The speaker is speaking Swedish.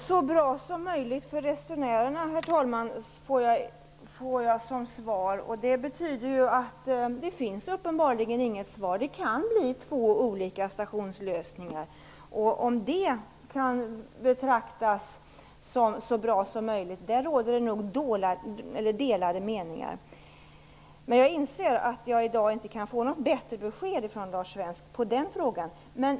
Herr talman! Lars Svensk säger att det skall bli ''så bra som möjligt för resenärerna''. Det betyder att det uppenbarligen inte finns något svar. Det kan bli två olika stationslösningar. Om det kan betraktas som ''så bra som möjligt'' råder det nog delade meningar om. Jag inser att jag i dag inte kan få något bättre besked från Lars Svensk på den punkten.